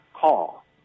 call